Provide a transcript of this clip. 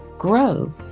Grow